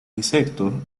insectos